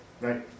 Right